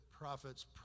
prophets